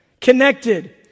connected